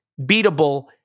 beatable